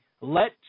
let